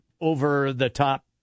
over-the-top